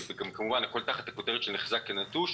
וכמובן גם הכול תחת הכותרת של "נחזה כנטוש".